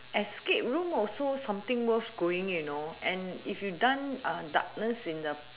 escape room also something worth going you know and if you done darkness in the